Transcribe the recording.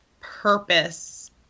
purpose